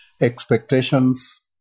Expectations